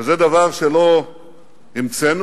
וזה דבר שלא המצאנו.